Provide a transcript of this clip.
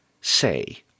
say